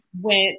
went